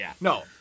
No